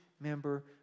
member